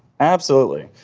absolutely,